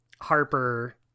Harper